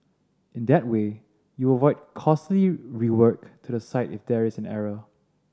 in that way you avoid costly rework to the site if there is an error